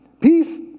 peace